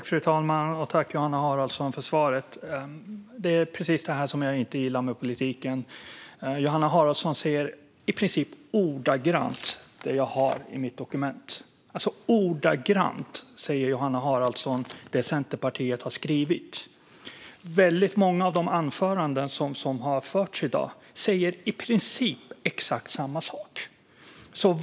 Fru talman! Tack, Johanna Haraldsson, för svaret! Det är precis det här som jag inte gillar med politiken. Johanna Haraldsson säger i princip ordagrant det som jag har här i mitt dokument. Ordagrant säger Johanna Haraldsson det som Centerpartiet har skrivit. Väldigt många av dagens anföranden säger i princip samma sak.